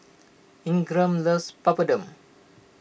Ingram loves Papadum